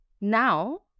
Now